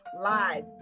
lies